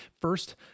first